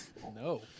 No